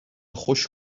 خوش